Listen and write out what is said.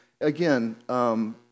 again